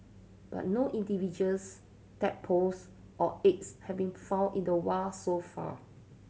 but no individuals tadpoles or eggs have been found in the wild so far